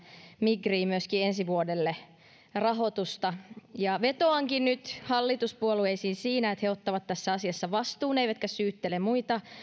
migriin myöskin ensi vuodelle rahoitusta vetoankin nyt hallituspuolueisiin siinä että he ottavat tässä asiassa vastuun eivätkä syyttele muita